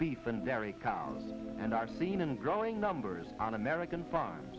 beef and dairy cows and are seen in growing numbers on american fun